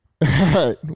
right